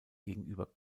gegenüber